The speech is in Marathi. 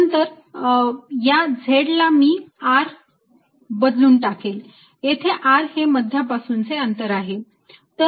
नंतर या z ला मी r बदलून टाकेल येथे r हे मध्यापासून चे अंतर दर्शवत आहे